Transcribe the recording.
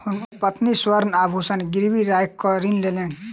हुनकर पत्नी स्वर्ण आभूषण गिरवी राइख कअ ऋण लेलैन